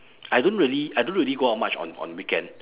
I don't really I don't really go out much on on weekend